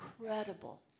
incredible